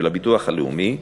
של הביטוח הלאומי,